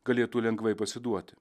galėtų lengvai pasiduoti